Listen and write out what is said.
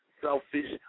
selfish